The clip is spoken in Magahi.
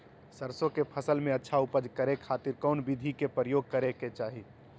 सरसों के फसल में अच्छा उपज करे खातिर कौन विधि के प्रयोग करे के चाही?